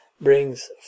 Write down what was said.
Brings